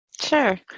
Sure